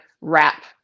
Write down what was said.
wrap